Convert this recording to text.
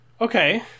Okay